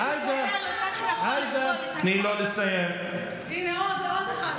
הינה עוד אחד.